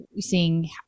seeing